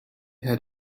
had